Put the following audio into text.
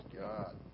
God